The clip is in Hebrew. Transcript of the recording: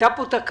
היתה פה תקלה,